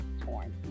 torn